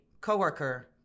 coworker